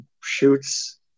shoots